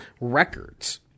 records